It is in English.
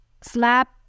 slap